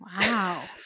Wow